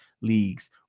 leagues